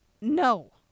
No